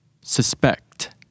suspect